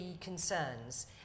concerns